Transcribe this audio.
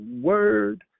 word